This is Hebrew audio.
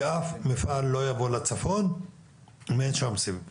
אף מפעל לא יבוא לצפון אם אין שם סיב אופטי,